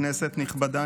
כנסת נכבדה,